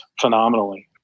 phenomenally